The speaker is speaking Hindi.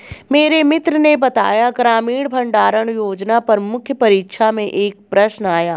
मेरे मित्र ने बताया ग्रामीण भंडारण योजना पर मुख्य परीक्षा में एक प्रश्न आया